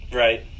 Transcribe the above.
right